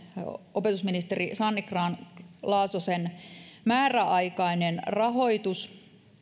opetusministeri sanni grahn laasosen määräaikainen rahoitus